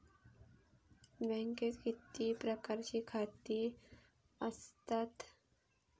बँकेत किती प्रकारची खाती आसतात?